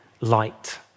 light